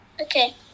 Okay